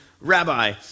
Rabbi